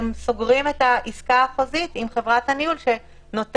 הם סוגרים את העסקה החוזית עם חברת הניהול שנוטלת